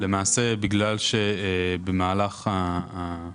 במהלך אותן